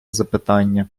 запитання